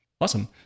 Awesome